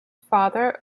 father